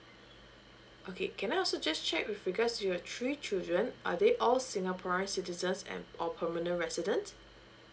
okay can I also just check with because you have three children are they all singaporean citizens and or permanent resident